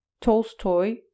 Tolstoy